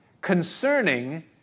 concerning